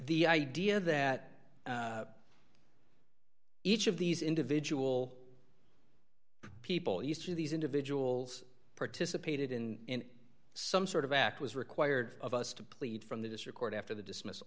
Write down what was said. the idea that each of these individual people used to these individuals participated in some sort of act was required of us to plead from the district court after the dismiss